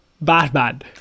Batman